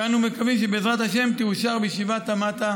אנו מקווים שבעזרת השם תאושר בישיבת מועצת